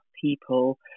people